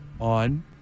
on